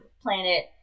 planet